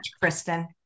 Kristen